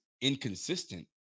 inconsistent